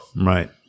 right